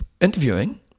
interviewing